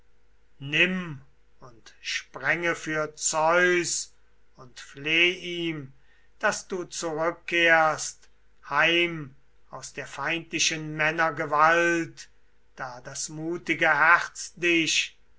nimm und sprenge für zeus und fleh ihm daß du zurückkehrst heim aus der feindlichen männer gewalt da das mutige herz dich